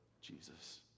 Jesus